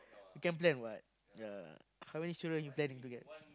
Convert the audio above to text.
you can plan what ya how many children you planning to get